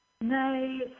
nice